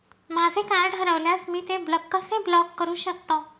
माझे कार्ड हरवल्यास मी ते कसे ब्लॉक करु शकतो?